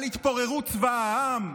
על התפוררות צבא העם?